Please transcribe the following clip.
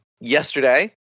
Yesterday